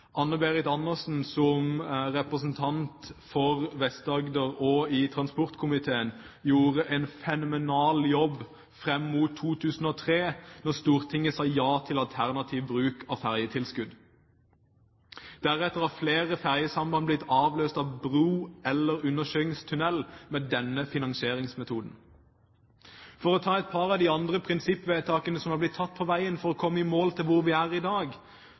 Anne Berit Andersen, som var representant for Vest-Agder og i samferdselskomiteen, gjorde en fenomenal jobb fram mot 2003 da Stortinget sa ja til alternativ bruk av ferjetilskudd. Deretter har flere ferjesamband blitt avløst av bro eller undersjøisk tunnel med denne finansieringsmetoden. For å ta et par av de andre prinsippvedtakene som har blitt tatt på veien for å komme i mål, hvor vi er i dag: